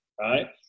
right